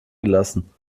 gelassen